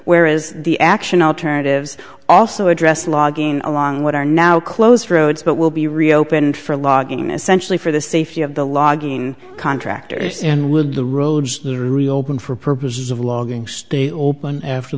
where is the action alternatives also address logging along what are now closed roads but will be reopened for logging essentially for the safety of the logging contractors and with the roads reopen for purposes of logging stay open after